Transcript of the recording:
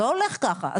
זה לא הולך ככה.